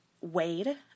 Wade